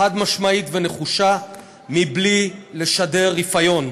חד-משמעית ונחושה, בלי לשדר רפיון.